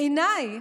בעיניי,